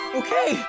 okay